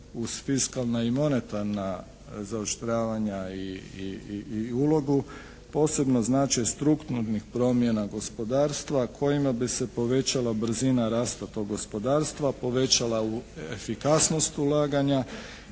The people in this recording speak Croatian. uz fiskalna i monetarna zaoštravanja i ulogu, posebno značaj strukturnih promjena gospodarstva kojima bi se povećala brzina rasta tog gospodarstva, povećala efikasnost ulaganja